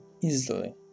easily